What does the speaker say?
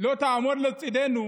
לא תעמוד לצידנו